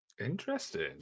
interesting